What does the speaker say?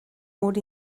mod